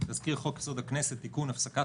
תזכיר חוק-יסוד: הכנסת (תיקון) (הפסקת